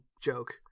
joke